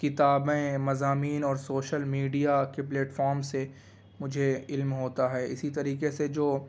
کتابیں مضامین اور سوشل میڈیا کے پلیٹفام سے مجھے علم ہوتا ہے اسی طریقے سے جو